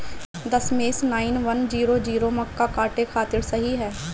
दशमेश nine one zero zero मक्का काटे खातिर सही ह?